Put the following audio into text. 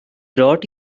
brought